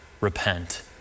repent